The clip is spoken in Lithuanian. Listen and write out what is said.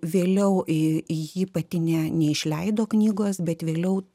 vėliau ji pati ne neišleido knygos bet vėliau